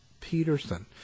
Peterson